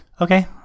Okay